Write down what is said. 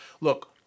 Look